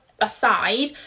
aside